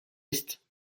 est